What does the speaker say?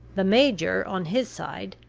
the major, on his side,